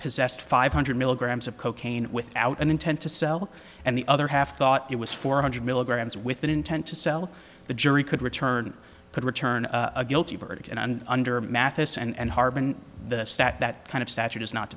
possessed five hundred milligrams of cocaine without an intent to sell and the other half thought it was four hundred milligrams with an intent to sell the jury could return could return a guilty verdict in and under mathis and hartmann the stat that kind of statute is not